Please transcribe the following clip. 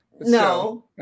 No